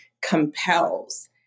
compels